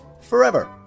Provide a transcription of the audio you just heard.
forever